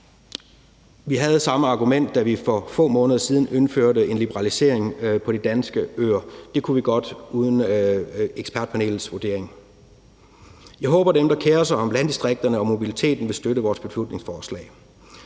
Vi havde samme argument, da vi for få måneder siden indførte en liberalisering på de danske øer, og det kunne vi godt uden ekspertpanelets vurdering. Jeg håber, at dem, der kerer sig om landdistrikterne og mobiliteten, vil støtte vores beslutningsforslag.